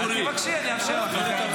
תבקשי, אני אאשר לך.